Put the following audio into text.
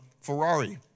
Ferrari